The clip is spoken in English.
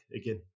again